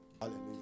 Hallelujah